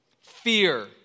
Fear